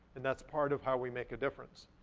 and that's part of how we make a difference.